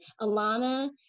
Alana